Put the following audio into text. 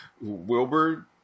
Wilbur